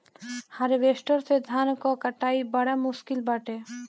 harvester से धान कअ कटाई बड़ा मुश्किल बाटे